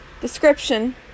description